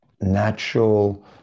natural